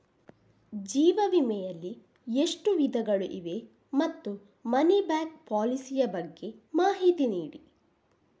ಜೀವ ವಿಮೆ ಯಲ್ಲಿ ಎಷ್ಟು ವಿಧಗಳು ಇವೆ ಮತ್ತು ಮನಿ ಬ್ಯಾಕ್ ಪಾಲಿಸಿ ಯ ಬಗ್ಗೆ ಮಾಹಿತಿ ನೀಡಿ?